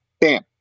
bam